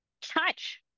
touch